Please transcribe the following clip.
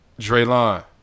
Draylon